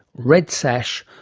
red sash,